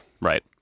Right